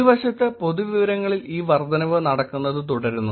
ഒരു വശത്ത് പൊതുവിവരങ്ങളിൽ ഈ വർദ്ധനവ് നടക്കുന്നത് തുടരുന്നു